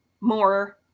more